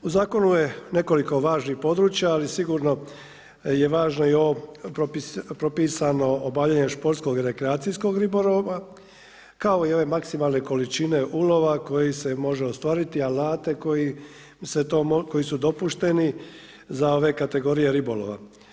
U zakonu je nekoliko važnih područja ali sigurno je važno i ovo propisano obavljanje športskog rekreacijskog ribolova kao i ove maksimalne količine ulova koji se može ostvariti, alate koji su dopušteni za ove kategorije ribolova.